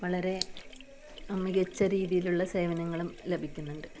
വളരെ മികച്ച രീതിയിലുള്ള സേവനങ്ങളും ലഭിക്കുന്നുണ്ട്